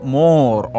more